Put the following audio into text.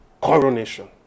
coronation